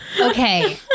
Okay